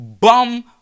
bum